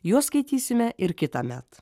juos skaitysime ir kitąmet